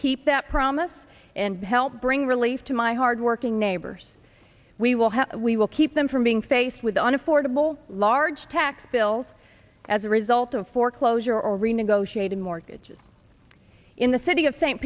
keep that promise and help bring relief to my hardworking neighbors we will have we will keep them from being faced with an affordable large tax bills as a result of foreclosure or renegotiating mortgages in the city of st